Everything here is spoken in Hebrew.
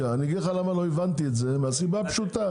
אני אגיד לך למה לא הבנתי, מהסיבה הפשוטה.